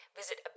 visit